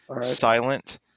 Silent